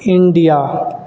India